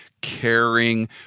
caring